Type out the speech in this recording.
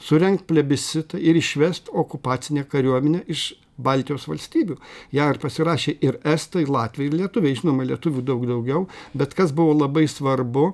surengt plebisitą ir išvesti okupacinę kariuomenę iš baltijos valstybių ją ir pasirašė ir estai latviai ir lietuviai žinoma lietuvių daug daugiau bet kas buvo labai svarbu